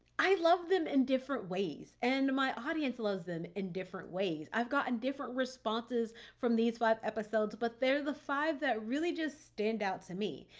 i love them in different ways, and my audience loves them in different ways. i've gotten different responses from these five episodes, but they're the five that really just stand out to me.